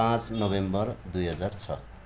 पाँच नोभेम्बर दुई हजार छ